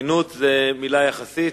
עדינות זו מלה יחסית.